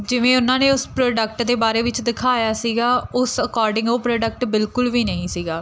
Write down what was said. ਜਿਵੇਂ ਉਹਨਾਂ ਨੇ ਉਸ ਪ੍ਰੋਡਕਟ ਦੇ ਬਾਰੇ ਵਿੱਚ ਦਿਖਾਇਆ ਸੀਗਾ ਉਸ ਅਕੋਰਡਿੰਗ ਉਹ ਪ੍ਰੋਡਕਟ ਬਿਲਕੁਲ ਵੀ ਨਹੀਂ ਸੀਗਾ